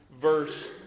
verse